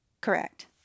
Correct